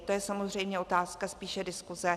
To je samozřejmě otázka spíše diskuse.